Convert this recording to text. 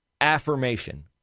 affirmation